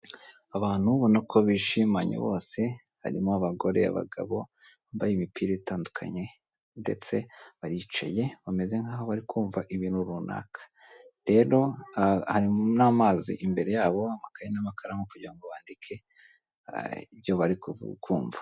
Abantu ubona ko bishimanye bose, harimo abagore, abagabo bambaye imipira itandukanye, ndetse baricaye bameze nk'aho bari kumva ibintu runaka, rero hari n'amazi imbere yabo, amakaye n'amakaramu kugira ngo bandike ibyo bari ukumva.